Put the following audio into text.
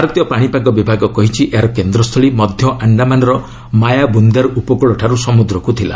ଭାରତୀୟ ପାଣିପାଗ ବିଭାଗ କହିଛି ଏହାର କେନ୍ଦ୍ରସ୍ଥଳୀ ମଧ୍ୟ ଆଶ୍ଡାମାନ୍ର ମାୟାବୁନ୍ଦେର୍ ଉପକୂଳଠାରୁ ସମୁଦ୍ରକୁ ଥିଲା